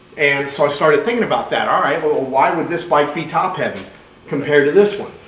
and so, i started thinking about that all right, well ah why would this bike be top-heavy compared to this one?